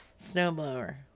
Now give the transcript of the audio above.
Snowblower